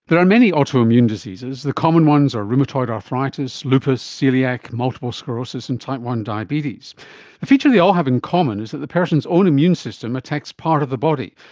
there are many autoimmune diseases. the common ones are rheumatoid arthritis, lupus, coeliac, multiple sclerosis and type one diabetes. a feature they all have in common is that the person's own immune system attacks part of the body,